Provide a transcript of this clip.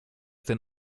den